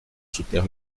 soutenir